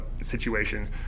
situation